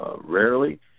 Rarely